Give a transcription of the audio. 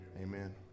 amen